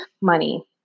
money